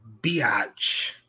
Biatch